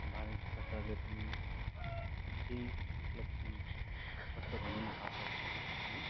भारत सरकारले पनि केही उपलब्धि गर्छ भन्ने आशा छ है